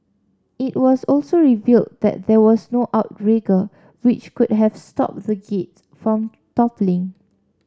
it was also revealed that there was no outrigger which could have stopped the gate from toppling